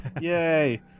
Yay